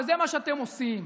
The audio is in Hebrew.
וזה מה שאתם עושים.